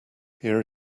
here